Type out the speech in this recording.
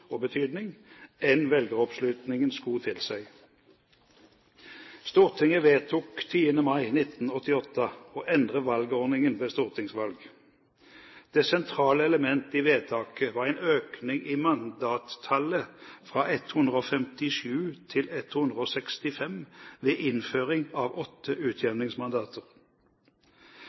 og betydning enn velgeroppslutningen skulle tilsi. Stortinget vedtok 10. mai 1988 å endre valgordningen ved stortingsvalg. Det sentrale elementet i vedtaket var en økning i mandattallet fra 157 til 165 ved innføring av åtte utjevningsmandater.